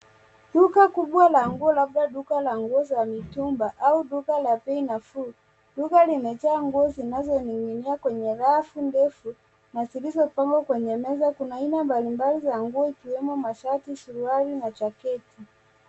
Duka kubwa la nguo, labda duka la nguo za mitumba au duka la bei nafuu. Duka limejaa nguo zinazoning'inia kwenye rafu ndefu, na zilizopangwa kwenye meza. Kuna aina mbalimbali za nguo zikiwemo mashati , suruali na jaketi.